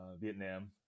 Vietnam